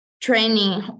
training